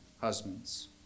husbands